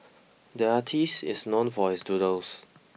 the artist is known for his doodles